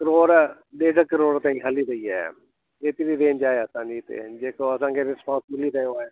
करोड़ ॾेढ करोड़ ताईं हली वई आहे एतिरी रेंज आहे असांजे इते जेको असांजे रिस्पोंस मिली रहियो आहे